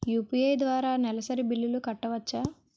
UPI ద్వారా నెలసరి బిల్లులు కట్టవచ్చా?